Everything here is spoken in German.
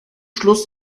schluss